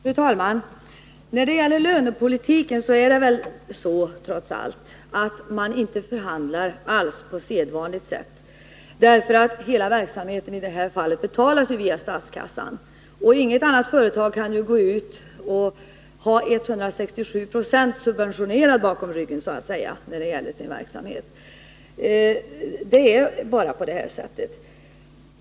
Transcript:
Fru talman! När det gäller lönepolitiken är det trots allt så, att Samhällsföretag inte alls förhandlar på sedvanligt sätt. Hela verksamheten betalas ju i detta fall via statskassan. Inget annat företag har i sin verksamhet en subventionering på 167 90 bakom ryggen!